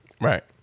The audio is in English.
Right